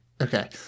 Okay